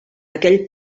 aquell